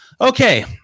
Okay